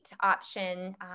option